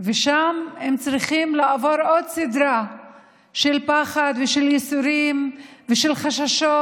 ושם הן צריכות לעבור עוד סדרה של פחד ושל ייסורים ושל חששות,